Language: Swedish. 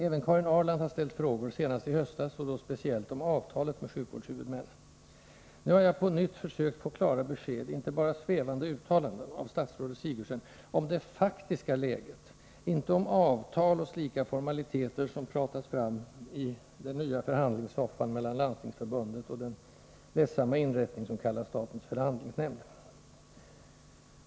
Även Karin Ahrland har ställt frågor, senast i höstas, och då speciellt om avtalet med sjukvårdshuvudmännen. Nu har jag på nytt försökt få klara besked, inte bara svävande uttalanden, av statsrådet Sigurdsen — om det faktiska läget, inte om avtal och slika formaliteter som i den nya förhandlingssoffan pratas fram mellan Landstingsförbundet och den ledsamma inrättning som kallas statens förhandlingsnämnd.